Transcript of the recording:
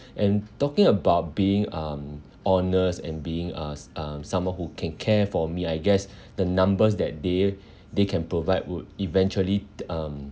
and talking about being um honest and being uh s~ um someone who can care for me I guess the numbers that they they can provide would eventually um